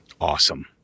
Awesome